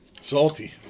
Salty